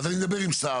אז אני מדבר עם שר,